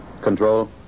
Control